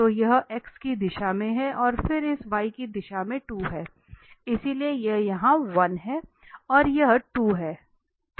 तो यह x की दिशा में है और फिर इस y की दिशा में 2 है इसलिए यह यहां 1 है और यह 2 है